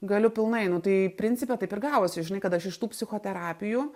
galiu pilnai nu tai principe taip ir gavosi žinai kad aš iš tų psichoterapijų